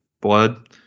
blood